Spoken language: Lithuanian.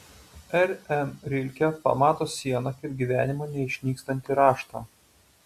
r m rilke pamato sieną kaip gyvenimo neišnykstantį raštą